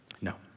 No